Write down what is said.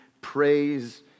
praise